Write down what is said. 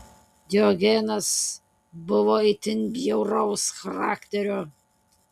diogenas buvo itin bjauraus charakterio